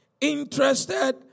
interested